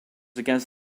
against